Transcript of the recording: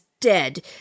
dead